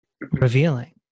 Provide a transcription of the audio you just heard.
revealing